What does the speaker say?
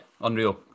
unreal